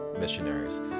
missionaries